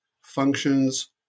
functions